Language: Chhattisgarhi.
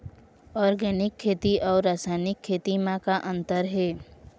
ऑर्गेनिक खेती अउ रासायनिक खेती म का अंतर हे?